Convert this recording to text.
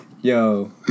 Yo